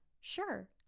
sure